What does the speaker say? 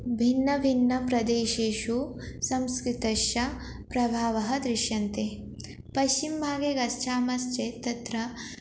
भिन्नभिन्नप्रदेशेषु संस्कृतस्य प्रभावः दृश्यते पश्चिमभागे गच्छामश्चेत् तत्र